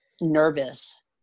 nervous